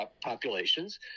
populations